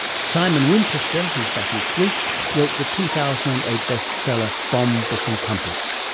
simon winchester who's back next week wrote the two thousand and eight best seller, bomb, book and compass.